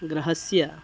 गृहस्य